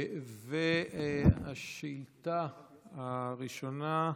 השאילתה הראשונה,